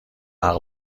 عقل